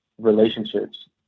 relationships